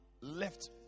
left